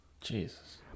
jesus